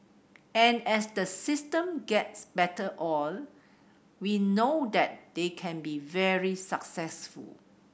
and as the system gets better oiled we know that they can be very successful